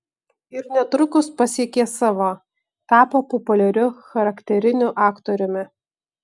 ir netrukus pasiekė savo tapo populiariu charakteriniu aktoriumi